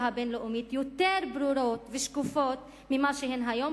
הבין-לאומית יותר שקופות וברורות ממה שהן היום,